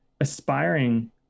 aspiring